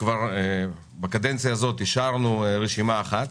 בקדנציה הנוכחית אישרנו רשימה אחת,